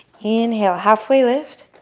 inhale, halfway lift.